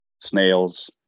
snails